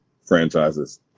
franchises